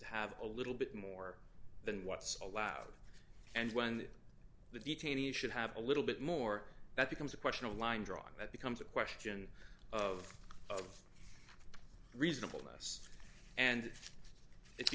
have a little bit more than what's allowed and when the detainees should have a little bit more that becomes a question a line drawing that becomes a question of of reasonable us and it